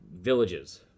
villages